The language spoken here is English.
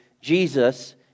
Jesus